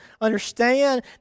understand